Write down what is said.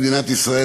במדינת ישראל,